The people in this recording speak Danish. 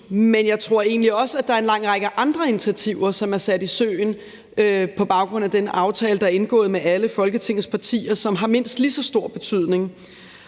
Men jeg tror egentlig også, at der er en lang række andre initiativer, som er sat i søen på baggrund af den aftale, der er indgået med alle Folketingets partier, og som har mindst lige så stor betydning.